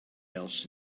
else